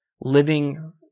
living